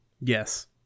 Yes